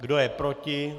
Kdo je proti?